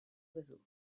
oiseaux